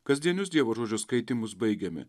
kasdienius dievo žodžio skaitymus baigiame